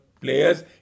players